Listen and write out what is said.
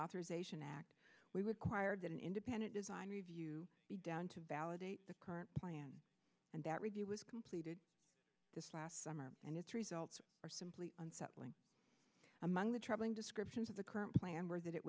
authorization act we would choir did an independent design review down to validate the current plan and that review was completed just last summer and its results are simply unsettling among the troubling descriptions of the current plan were that it